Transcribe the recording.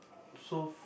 so